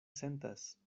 sentas